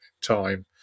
time